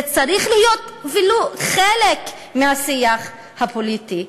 זה צריך להיות ולו חלק מהשיח הפוליטי.